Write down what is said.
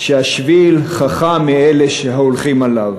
שהשביל חכם מאלה שהולכים עליו.